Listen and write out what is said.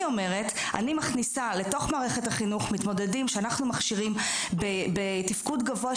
אני מכניסה לתוך מערכת החינוך מתמודדים שאנחנו מכשירים בתפקוד גבוה,